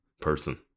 person